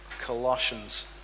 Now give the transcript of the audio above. Colossians